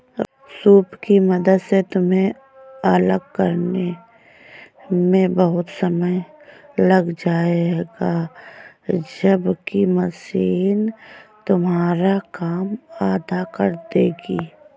soup की मदद से तुम्हें अलग करने में बहुत समय लग जाएगा जबकि मशीन तुम्हारा काम आधा कर देगी